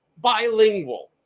bilingual